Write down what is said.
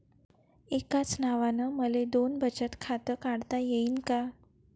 एकाच नावानं मले दोन बचत खातं काढता येईन का?